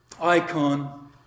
icon